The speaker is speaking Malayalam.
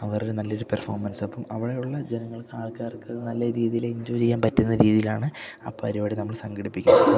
അവരൊരു നല്ലൊരു പെർഫോമൻസ് അപ്പം അവിടെയുള്ള ജനങ്ങൾക്ക് ആൾക്കാർക്ക് നല്ല രീതിയിൽ എഞ്ചോയ് ചെയ്യാൻ പറ്റുന്ന രീതിയിലാണ് ആ പരിപാടി നമ്മൾ സംഘടിപ്പിക്കുന്നത്